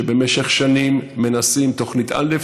שבמשך שנים מנסים תוכנית א',